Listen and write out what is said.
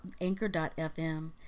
anchor.fm